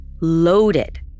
loaded